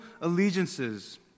allegiances